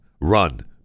run